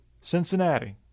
Cincinnati